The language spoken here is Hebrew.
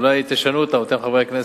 אולי תשנו אותם, אתם חברי הכנסת.